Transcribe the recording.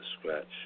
scratch